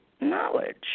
knowledge